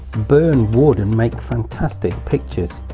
burn wood and make fantastic pictures.